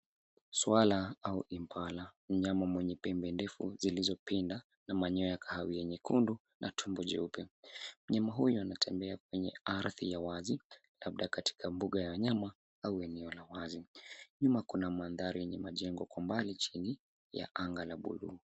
Swara au impala, mnyama mwenye pembe ndefu zilizopinda na manyoya ya kahawia nyekundu na tumbo jeupe. Mnyama huyu anatembea kwenye ardhi ya wazi, labda katika mbuga ya wanyama au eneo la wazi. Nyuma kuna mandhari yenye majengo kwa mbali, chini ya anga la buluu.